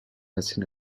racine